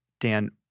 Dan